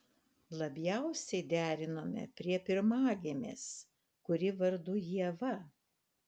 labiausiai derinome prie pirmagimės kuri vardu ieva